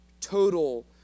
total